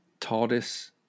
TARDIS